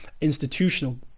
institutional